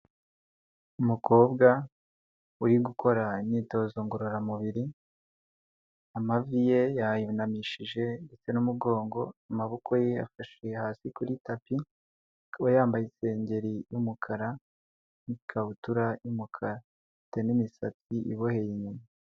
Umukobwa uri gukora imyitozo ngororamubiri, amavi ye yayunamishije ndetse n'umugongo, amaboko ye afashe hasi kuri tapi, akaba yambaye isengeri y'umukara n'ikabutura y'umukara. Afite n'imisatsi iboheye inyuma.